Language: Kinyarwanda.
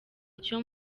icyo